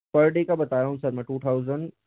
पर डे का बता रहा हूँ सर मैं टू थाउज़ेंड